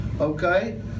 okay